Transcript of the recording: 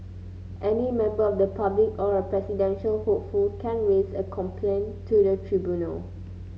any member of the public or a presidential hopeful can raise a complaint to the tribunal